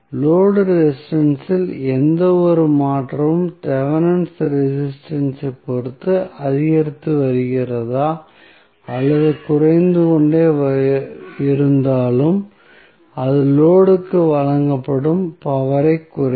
load resistance இல் எந்தவொரு மாற்றமும் தெவெனின் ரெசிஸ்டன்ஸ் ஐப் பொறுத்து அதிகரித்து வருகிறதா அல்லது குறைந்து கொண்டே இருந்தாலும் அது லோடு க்கு வழங்கப்படும் பவர் ஐக் குறைக்கும்